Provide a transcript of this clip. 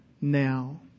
now